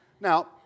Now